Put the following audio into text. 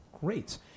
Great